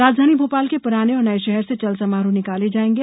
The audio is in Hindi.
राजधानी भोपाल के पुराने और नये शहर से चल समारोह निकाले जायेंगे